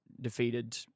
defeated